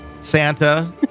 Santa